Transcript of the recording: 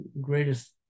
Greatest